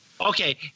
Okay